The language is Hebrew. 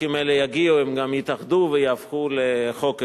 החוקים האלה יגיעו, הם גם יתאחדו ויהפכו לחוק אחד,